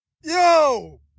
Yo